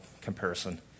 comparison